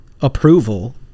approval